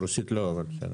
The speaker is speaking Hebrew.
רפורמה, משכנתאות.